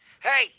Hey